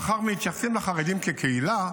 מאחר שמתייחסים לחרדים כקהילה,